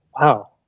Wow